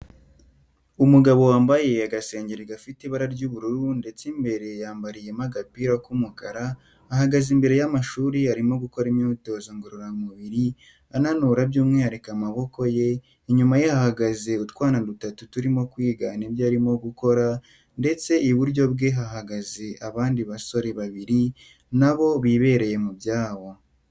Umugabo wambaye agasengeri gafite ibara ry'ubururu ndetse imbere yambariyemo agapira k'umukara ahagaze imbere y'amashuri arimo gukora imyitozo ngororamubiri ananura by'umwihariko amaboko ye, inyuma ye hahagaze utwana dutatu turimo kwigana ibyo arimo gukora ndetse iburyo bwe hahagaze abandi basore babiri nabo bibereye mu byabo.